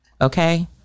okay